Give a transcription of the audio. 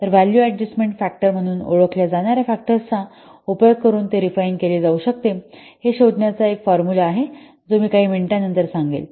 तर value adjustment factor म्हणून ओळखल्या जाणार्या फॅक्टरचा उपयोग करून हे कसे रिफाइन केले जाऊ शकते हे शोधण्याचे एक सूत्र आहे जे मी काही मिनिटांनंतर सांगेन